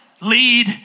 lead